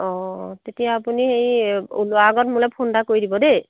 অঁ তেতিয়া আপুনি এই ওলোৱা আগত মোলৈ ফোন এটা কৰি দিব দেই